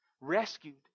Rescued